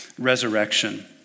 resurrection